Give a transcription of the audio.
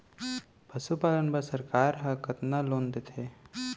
पशुपालन बर सरकार ह कतना लोन देथे?